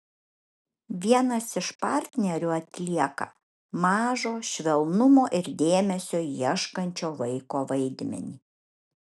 vienas iš partnerių atlieka mažo švelnumo ir dėmesio ieškančio vaiko vaidmenį